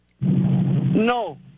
No